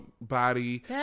body